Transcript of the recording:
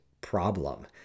problem